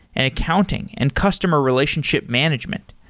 and accounting, and customer relationship management.